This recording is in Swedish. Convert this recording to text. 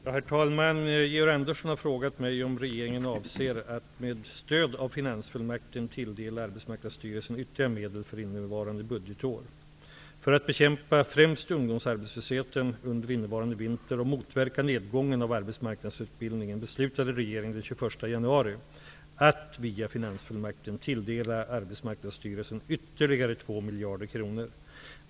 Herr talman! Georg Andersson har frågat mig om regeringen avser att med stöd av finansfullmakten tilldela Arbetsmarknadsstyrelsen ytterligare medel för innevarande budgetår. För att bekämpa främst ungdomsarbetslöshet under innevarande vinter och motverka nedgången av arbetsmarknadsutbildningen beslutade regeringen den 21 januari att, via finansfullmakten, tilldela Arbetsmarknadsstyrelsen ytterligare 2 miljarder kronor.